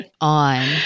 on